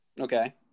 Okay